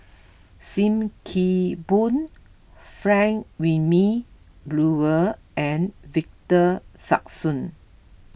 Sim Kee Boon Frank Wilmin Brewer and Victor Sassoon